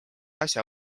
asja